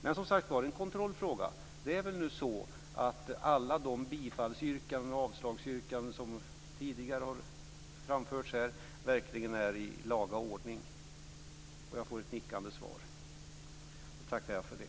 Men, som sagt, en kontrollfråga: Det är väl nu så att alla de bifalls och avslagsyrkanden som tidigare har framförts här verkligen är i laga ordning? Jag får ett nickande svar, och jag tackar för det.